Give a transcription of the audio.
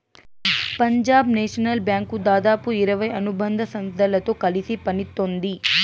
పంజాబ్ నేషనల్ బ్యాంకు దాదాపు ఇరవై అనుబంధ సంస్థలతో కలిసి పనిత్తోంది